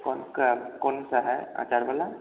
कौन का कौनसा है अचार वाला